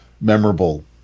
memorable